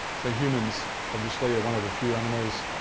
so humans obviously, are one of a few animals,